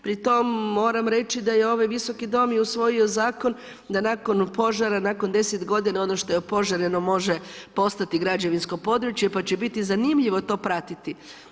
Pri tome moram reći da je ovaj visoki dom i usvojio zakon da nakon požara, nakon 10 godina ono što je opožareno može postati građevinsko područje, pa će biti zanimljivo to pratiti.